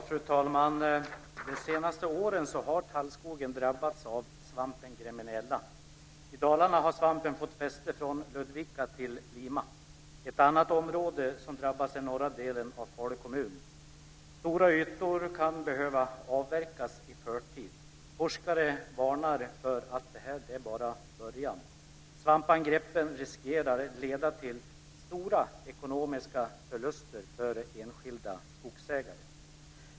Fru talman! De senaste åren har tallskogen drabbats av svampen gremmeniella. I Dalarna har svampen fått fäste från Ludvika till Lima. Ett annat område som har drabbats är norra delen av Falu kommun. Stora ytor kan behöva avverkas i förtid. Forskare varnar för att detta bara är början. Svampangreppen riskerar att leda till stora ekonomiska förluster för enskilda skogsägare.